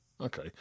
Okay